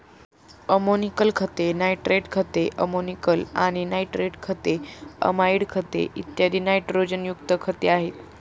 ammoniacal खते, nitrate खते, ammoniacal आणि नायट्रेट खते, अमाइड खते, इत्यादी नायट्रोजनयुक्त खते आहेत